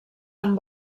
amb